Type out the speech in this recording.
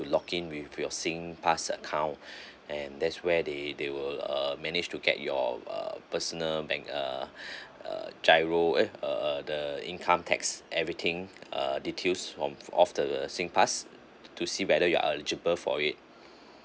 to lock in with your singpass account and that's where they they will uh manage to get your err personal bank uh uh giro eh uh uh the income tax everything uh details from of the singpass to see whether you are eligible for it